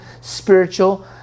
spiritual